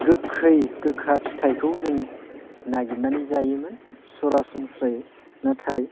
गोखै गोखा फिथाइखौ जों नागिरनानै जायोमोन सरासनस्रायै नाथाय